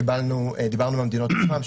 דיברנו עם המדינות עצמן,